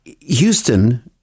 Houston